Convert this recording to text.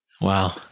Wow